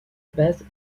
base